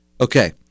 Okay